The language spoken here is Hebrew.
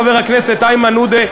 חבר הכנסת איימן עודה,